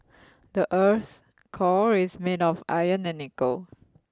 the earth's core is made of iron and nickel